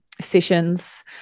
sessions